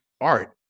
art